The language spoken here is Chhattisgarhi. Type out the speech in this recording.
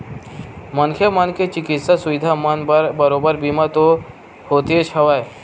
मनखे मन के चिकित्सा सुबिधा मन बर बरोबर बीमा तो होतेच हवय